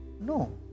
No